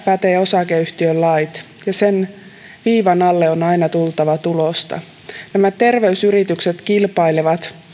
pätevät osakeyhtiölait ja viivan alle on aina tultava tulosta nämä terveysyritykset kilpailevat